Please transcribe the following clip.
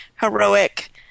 heroic